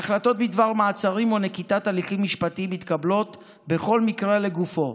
ההחלטות בדבר מעצרים או נקיטת הליכים משפטיים מתקבלות בכל מקרה לגופו,